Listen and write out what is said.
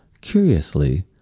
Curiously